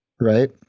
Right